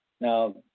Now